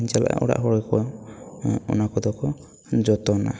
ᱚᱲᱟᱜ ᱤᱧ ᱪᱟᱞᱟᱜᱼᱟ ᱚᱲᱟᱜ ᱦᱚᱲ ᱜᱮᱠᱚ ᱚᱱᱟ ᱠᱚᱫᱚ ᱠᱚ ᱡᱚᱛᱚᱱᱟ